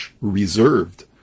reserved